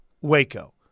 Waco